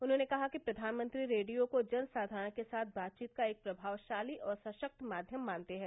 उन्होंने कहा कि प्रधानमंत्री रेडियो को जन साधारण के साथ बातचीत का एक प्रभावशाली और सशक्त माध्यम मानते हैं